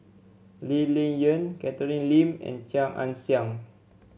Lee Ling Yen Catherine Lim and Chia Ann Siang